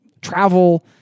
travel